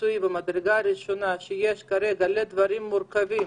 המקצועי ממדרגה ראשונה שיש כרגע לדברים מורכבים,